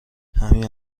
همین